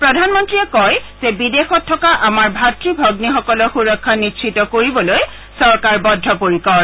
প্ৰধানমন্ত্ৰীয়ে কয় যে বিদেশত থকা আমাৰ ভাতৃ ভগ্নীসকলৰ সুৰক্ষা নিশ্চিত কৰিবলৈ চৰকাৰ বদ্ধপৰিকৰ